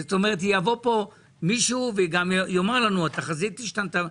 זאת אומרת יבוא פה מישהו וגם יאמר לנו שהתחזית השתנתה.